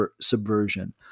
subversion